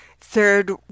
Third